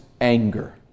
anger